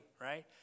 right